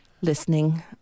listening